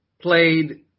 played